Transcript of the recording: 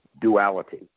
duality